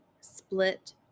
split